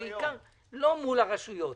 בעיקר לא מול הרשויות,